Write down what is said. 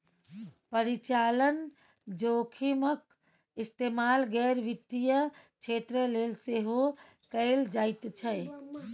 परिचालन जोखिमक इस्तेमाल गैर वित्तीय क्षेत्र लेल सेहो कैल जाइत छै